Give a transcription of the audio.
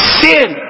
sin